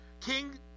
king